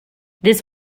this